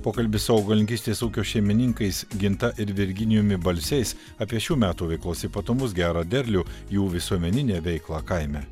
pokalbis su augalininkystės ūkio šeimininkais ginta ir virginijumi balsiais apie šių metų veiklos ypatumus gerą derlių jų visuomeninę veiklą kaime